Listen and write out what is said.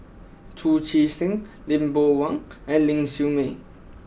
Chu Chee Seng Lee Boon Wang and Ling Siew May